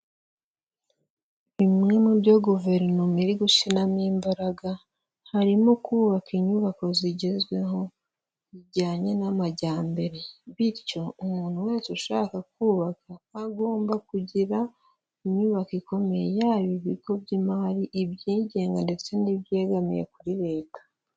Bimwe mu byo guverinoma iri gushyiramo imbaraga, harimo kubaka inyubako zigezweho zijyanye n'amajyambere, bityo umuntu wese ushaka kubaka agomba kugira inyubako ikomeye, yaba ibigo by'imari, ibyigenga ndetse n'ibyegamiye kuri leta.